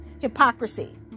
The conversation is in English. Hypocrisy